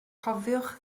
cofiwch